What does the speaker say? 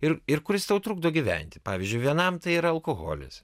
ir ir kuris tau trukdo gyventi pavyzdžiui vienam tai yra alkoholis